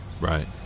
Right